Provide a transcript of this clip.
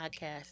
podcast